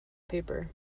paper